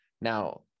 Now